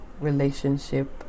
relationship